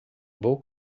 vou